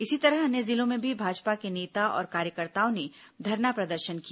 इसी तरह अन्य जिलों में भी भाजपा के नेता और कार्यकर्ताओं ने धरना प्रदर्शन किया